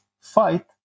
fight